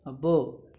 అబ్బో